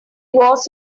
was